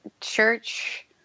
church